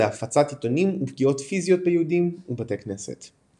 הפצת עיתונים ופגיעות פיזיות ביהודים ובתי כנסת.